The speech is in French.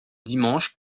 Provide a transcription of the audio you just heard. dimanche